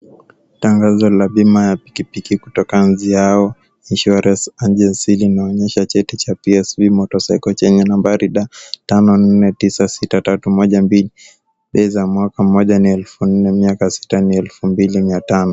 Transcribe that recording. Tangazo la bima ya piki piki kutoka Anziao Insurance Agency linaonyesha cheti cha PSV motorcycle chenye nambari D5496312. Bei za mwaka mmoja ni elfu nne, miaka sita ni elfu mbili mia tano.